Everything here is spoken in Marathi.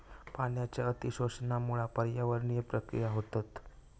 पाण्याच्या अती शोषणामुळा पर्यावरणीय प्रक्रिया होतत